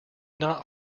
not